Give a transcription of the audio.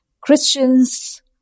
Christians